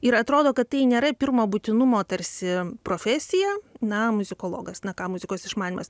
ir atrodo kad tai nėra pirmo būtinumo tarsi profesija na muzikologas na ką muzikos išmanymas